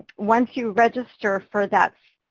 once you register for that